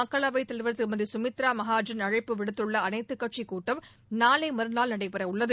மக்களவைத் தலைவர் திருமதி சுமித்ரா மகாஜன் அழைப்பு விடுத்துள்ள அனைத்துக் கட்சிக் கூட்டம் நாளை மறுநாள் நடைபெறவுள்ளது